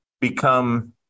become –